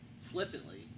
flippantly